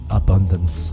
abundance